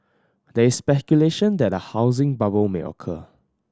there is speculation that a housing bubble may occur